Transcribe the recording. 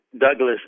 Douglas